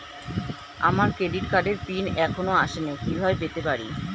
আমার ক্রেডিট কার্ডের পিন এখনো আসেনি কিভাবে পেতে পারি?